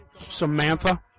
Samantha